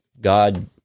God